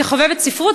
כחובבת ספרות,